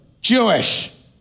Jewish